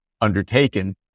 undertaken